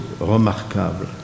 remarquable